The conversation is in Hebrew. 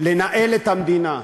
לנהל את המדינה.